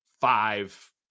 five